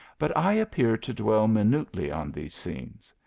but i appear to dwell minutely on these scenes.